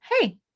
hey